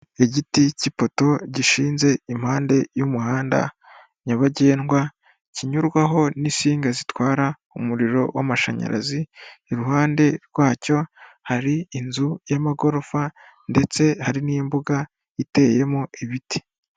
Igiti cy'ipoto gishinze impande y'umuhanda nyabagendwa kinyurwaho n'isinga zitwara umuriro w'amashanyarazi, iruhande rwacyo hari inzu y'amagorofa, ndetse hari n'imbuga iteyemo ibiti.